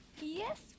Yes